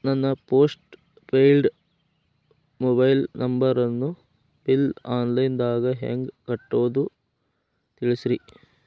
ನನ್ನ postpaid mobile ನಂಬರನ್ನು bill online ದಾಗ ಹೆಂಗ್ ಕಟ್ಟೋದು ತಿಳಿಸ್ರಿ